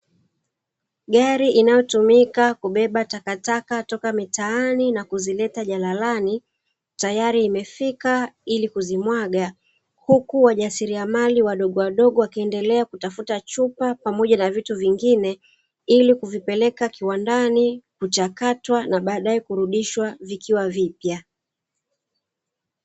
Gari inayotumika kubeba takataka toka mitaani na kuzileta jalalani, tayari imefika ili kuzimwaga, huku wajasiliamali wadogowadogo wakiendelea kutafuta chupa pamoja na vitu vingine, ili kuvipeleka kiwandani , kuchakatwa na baadaye kuvirudisha vikiwa vipya.